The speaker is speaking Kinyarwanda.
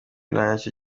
nyacyo